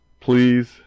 Please